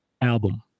album